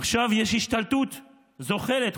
עכשיו יש השתלטות זוחלת,